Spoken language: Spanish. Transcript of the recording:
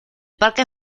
parque